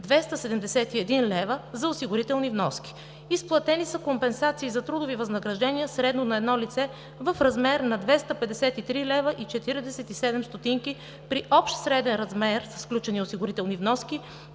271 лв. за осигурителни вноски. Изплатени са компенсации за трудови възнаграждения средно на едно лице в размер на 253 лв. и 47 стотинки при общ среден размер с включени осигурителни вноски